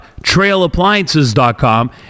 trailappliances.com